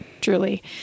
truly